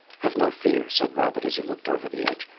have no fear, said rabbit as he looked over the edge,